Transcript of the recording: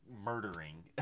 murdering